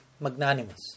magnanimous